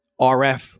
RF